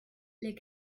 les